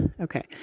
Okay